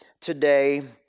today